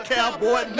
Cowboy